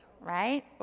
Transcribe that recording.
right